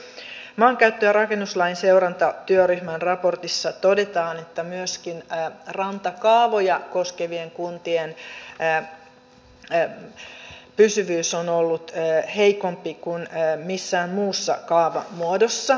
maankäyttö ja rakennuslain seurantatyöryhmän raportissa todetaan myöskin että rantakaavoja koskevien kuntien päätösten pysyvyys on ollut heikompi kuin missään muussa kaavamuodossa